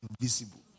invisible